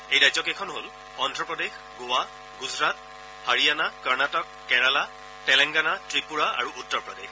এই ৰাজ্যকেইখন হ'ল অদ্ধ প্ৰদেশ গোৱা গুজৰাট হাৰিয়ানা কৰ্ণাটক কেৰালা তেলেংগানা ত্ৰিপুৰা আৰু উত্তৰ প্ৰদেশ